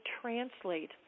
translate